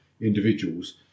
individuals